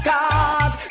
Cause